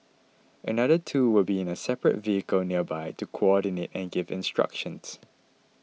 another two will be in a separate vehicle nearby to coordinate and give instructions